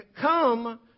come